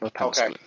Okay